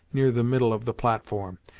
near the middle of the platform.